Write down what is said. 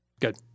Good